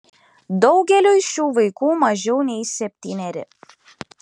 daugeliui šių vaikų mažiau nei septyneri